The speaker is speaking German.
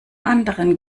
anderen